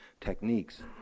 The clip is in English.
techniques